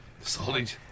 Solid